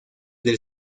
del